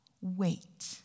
Wait